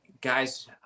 Guys